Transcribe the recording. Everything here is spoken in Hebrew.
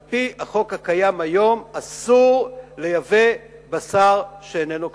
על-פי החוק הקיים היום אסור לייבא בשר שאיננו כשר.